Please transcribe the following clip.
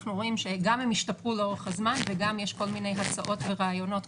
אנחנו רואים שגם הם השתפרו לאורך הזמן וגם יש כל מיני הצעות ורעיונות.